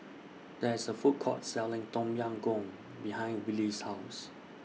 There IS A Food Court Selling Tom Yam Goong behind Wylie's House